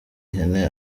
ihene